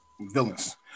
Villains